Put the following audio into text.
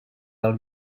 del